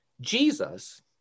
Jesus